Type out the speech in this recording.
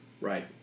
Right